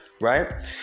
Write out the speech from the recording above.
Right